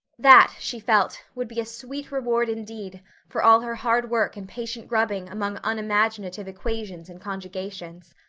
that, she felt, would be a sweet reward indeed for all her hard work and patient grubbing among unimaginative equations and conjugations.